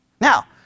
Now